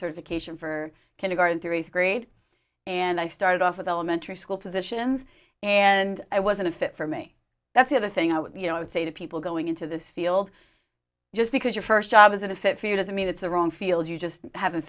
certification for kindergarten through eighth grade and i started off with elementary school positions and i wasn't a fit for me that's a thing i would you know i would say to people going into this field just because your first job isn't a fit for you doesn't mean it's the wrong field you just haven't